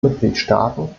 mitgliedstaaten